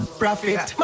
profit